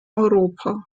europa